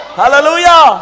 hallelujah